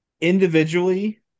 individually